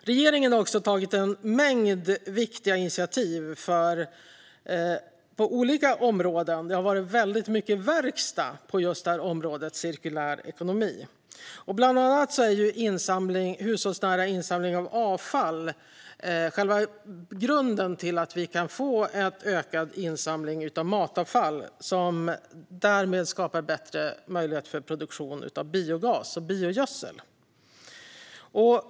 Regeringen har också tagit en mängd viktiga initiativ på olika områden. Det har varit väldigt mycket verkstad på just området cirkulär ekonomi. Bland annat är hushållsnära insamling av avfall själva grunden till att vi kan få en ökad insamling av matavfall, vilket skapar bättre möjlighet för produktion av biogas och biogödsel.